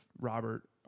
Robert